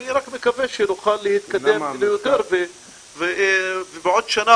אני רק מקווה שנוכל להתקדם ליותר ובעוד שנה